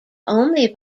only